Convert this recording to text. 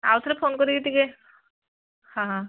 ଆଉଥରେ ଫୋନ୍ କରିକି ଟିକିଏ ହଁ ହଁ